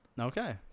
Okay